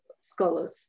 scholars